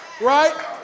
Right